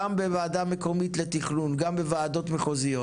גם בוועדה אזורית גם בוועדות מחוזיות.